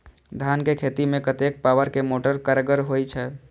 धान के खेती में कतेक पावर के मोटर कारगर होई छै?